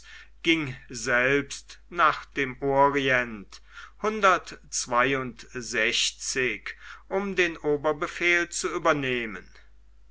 ging selbst nach dem orient um den oberbefehl zu übernehmen